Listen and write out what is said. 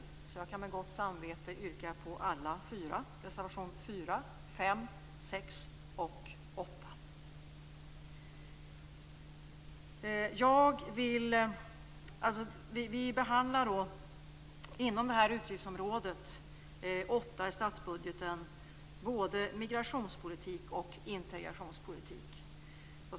Jag kan därför med gott samvete yrka bifall till alla fyra reservationerna, nämligen 4, 5, Inom utgiftsområde 8 i statsbudgeten behandlar vi både migrationspolitik och integrationspolitik.